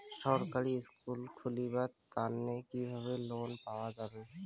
বেসরকারি স্কুল খুলিবার তানে কিভাবে লোন পাওয়া যায়?